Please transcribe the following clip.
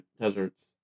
deserts